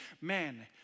man